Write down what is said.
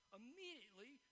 immediately